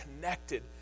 connected